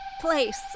place